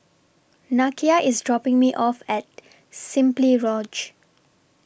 Nakia IS dropping Me off At Simply Lodge